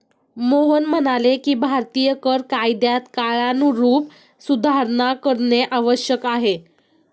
मोहन म्हणाले की भारतीय कर कायद्यात काळानुरूप सुधारणा करणे आवश्यक आहे